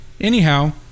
Anyhow